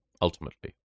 ultimately